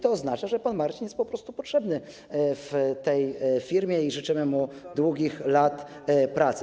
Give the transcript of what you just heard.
To oznacza, że pan Marcin jest po prostu potrzebny w tej firmie i życzymy mu długich lat pracy.